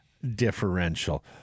Differential